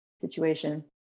situation